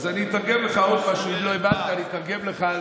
אם לא הבנת, אני אתרגם לך.